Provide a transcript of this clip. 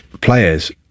players